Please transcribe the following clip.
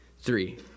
three